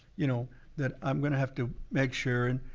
you know that i'm gonna have to make sure and,